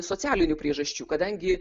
socialinių priežasčių kadangi